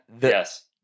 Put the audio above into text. Yes